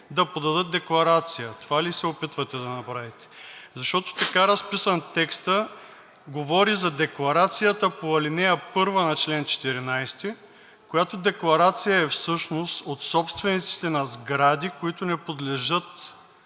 да подадат декларация. Това ли се опитвате да направите? Защото така разписан, текстът говори за декларацията по ал. 1 на чл. 14, която декларация е всъщност от собствениците на сгради, които не подлежат